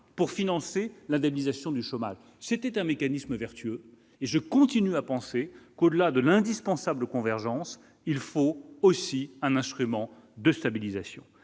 pour financer l'indemnisation du chômage, c'était un mécanisme vertueux et je continue à penser qu'au-delà de l'indispensable convergence, il faut aussi un instrument de stabilisation,